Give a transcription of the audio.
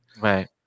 Right